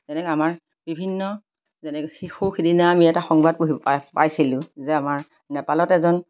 যেনেকৈ আমাৰ বিভিন্ন যেনে শিশু সিদিনা আমি এটা সংবাদ পঢ়ি পাই পাইছিলোঁ যে আমাৰ নেপালত এজন